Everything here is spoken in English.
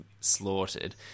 slaughtered